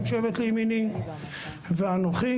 ואנכי.